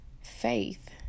faith